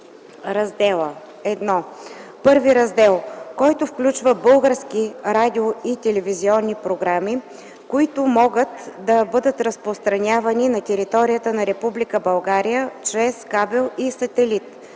раздела: 1. Първи раздел, който включва български радио- и телевизионни програми, които могат да бъдат разпространявани на територията на Република България чрез кабел и сателит;